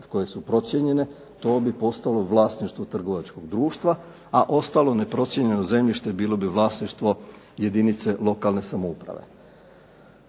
koje su procijenjene, to bi postalo vlasništvo trgovačkog društva, a ostalo neprocijenjeno zemljište bilo bi vlasništvo jedinice lokalne samouprave.